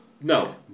No